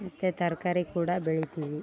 ಮತ್ತು ತರಕಾರಿ ಕೂಡ ಬೆಳಿತೀವಿ